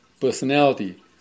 personality